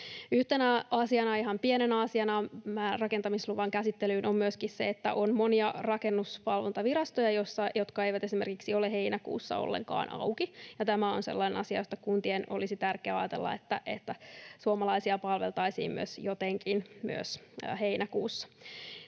ihan pienenä asiana rakentamisluvan käsittelyyn on myöskin se, että on monia rakennusvalvontavirastoja, jotka eivät esimerkiksi ole heinäkuussa ollenkaan auki. Tämä on sellainen asia, josta kuntien olisi tärkeää ajatella, että suomalaisia palveltaisiin jotenkin myös heinäkuussa.